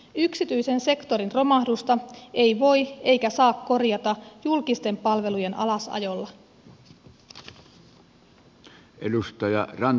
yksityisen sektorin romahdusta ei voi eikä saa korjata julkisten palvelujen alasajolla